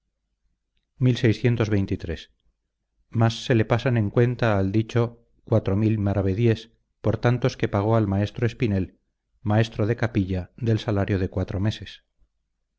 ocho meses mas se le pasan en cuenta al dicho mrs por tantos que pagó al maestro espinel maestro de capilla del salario de cuatro meses